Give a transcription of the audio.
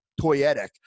toyetic